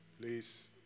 please